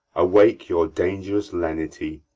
awake your dangerous lenity.